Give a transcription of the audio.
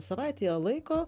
savaitėje laiko